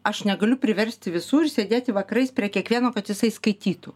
aš negaliu priversti visų ir sėdėti vakarais prie kiekvieno kad jisai skaitytų